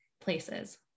places